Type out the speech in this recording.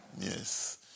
Yes